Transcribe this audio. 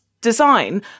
design